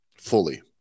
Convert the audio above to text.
fully